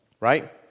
right